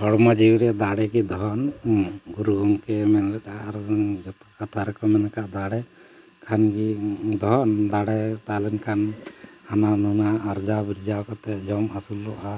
ᱦᱚᱲᱢᱚ ᱡᱤᱣᱤ ᱨᱮ ᱫᱟᱲᱮᱜᱮ ᱫᱷᱚᱱ ᱜᱩᱨᱩ ᱜᱚᱢᱠᱮ ᱢᱮᱱ ᱞᱮᱫᱟ ᱟᱨ ᱡᱷᱚᱛᱚ ᱠᱟᱛᱷᱟ ᱨᱮᱠᱚ ᱢᱮᱱ ᱠᱟᱜᱼᱟ ᱫᱟᱲᱮ ᱠᱷᱟᱱᱜᱮ ᱫᱷᱚᱱ ᱫᱟᱲᱮ ᱛᱟᱦᱮᱸᱞᱮᱱ ᱠᱷᱟᱱ ᱦᱟᱱᱟ ᱱᱚᱣᱟ ᱟᱨᱡᱟᱣ ᱵᱤᱨᱡᱟᱣ ᱠᱟᱛᱮᱫ ᱡᱚᱢ ᱟᱹᱥᱩᱞᱚᱜᱼᱟ